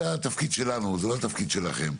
זה התפקיד שלנו, זה לא התפקיד שלכם.